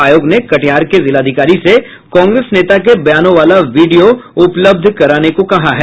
आयोग ने कटिहार के जिलाधिकारी से कांग्रेस नेता के बयानों वाला वीडियो उपलब्ध कराने को कहा है